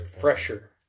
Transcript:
fresher